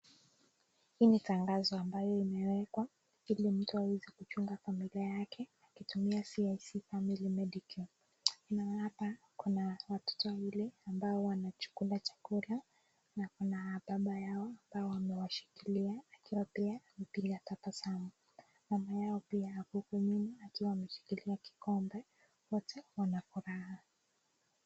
Hii ni tangazo ambayo limewekwa ili mtu aweze kuchunga familia yake akitumia CIC Family Medisure. Inaonekana kuna watoto wawili ambao wanachukua chakula na kuna baba yao ambao amewashikilia akiwa pia anapiga tabasamu. Mama yao pia yuko nyinyi akiwa ameshikilia kikombe, wote wanafuraa.